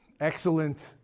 Excellent